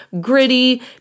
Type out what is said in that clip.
gritty